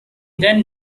then